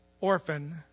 Orphan